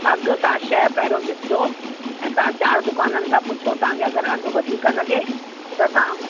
अघु तव्हां शइ पहिरियों ॾिसिजो ऐं तव्हां चारि दुकाननि था पुछो तव्हांखे अगरि अघु वधीक लॻे त तव्हां